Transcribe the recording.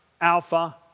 Alpha